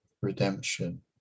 redemption